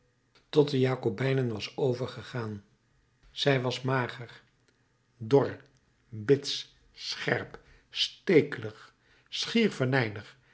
tot de jakobijnen was overgegaan zij was mager dor bits scherp stekelig schier